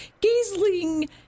gazing